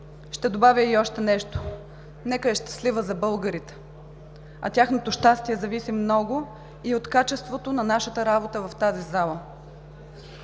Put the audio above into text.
Ще добавя и още нещо – нека е щастлива за българите, а тяхното щастие зависи много и от качеството на нашата работа в тази зала.